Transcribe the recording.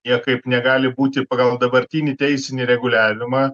niekaip negali būti pagal dabartinį teisinį reguliavimą